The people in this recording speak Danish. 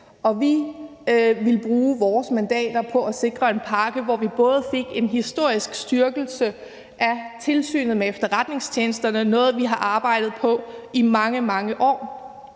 vi ville bruge vores mandater på at sikre en pakke, hvor vi både fik en historisk styrkelse af tilsynet med efterretningstjenesterne – noget, vi har arbejdet på i mange, mange år